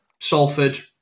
salford